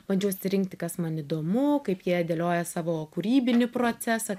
bandžiau atsirinkti kas man įdomu kaip jie dėlioja savo kūrybinį procesą